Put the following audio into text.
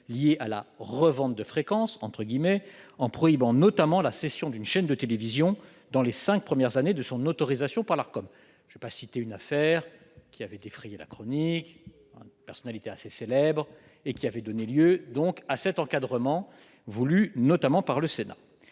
liée à la « revente de fréquences » en prohibant, notamment, la cession d'une chaîne de télévision dans les cinq premières années de son autorisation par l'Arcom. Je n'évoquerai pas l'affaire ayant défrayé la chronique et impliquant une personnalité assez célèbre, qui avait valu cet encadrement voulu notamment par le Sénat.